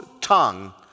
tongue